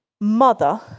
Mother